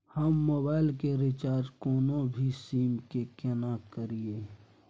हम मोबाइल के रिचार्ज कोनो भी सीम के केना करिए?